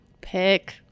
Pick